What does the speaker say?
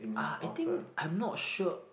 uh I think I'm not sure